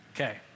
Okay